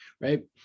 right